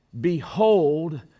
Behold